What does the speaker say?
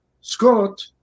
Scott